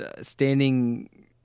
standing